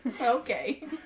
Okay